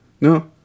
No